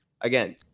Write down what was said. Again